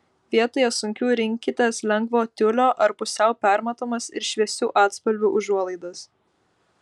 vietoje sunkių rinkitės lengvo tiulio ar pusiau permatomas ir šviesių atspalvių užuolaidas